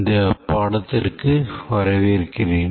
இந்த பாடத்திற்கு வரவேற்கிறேன்